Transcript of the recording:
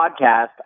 podcast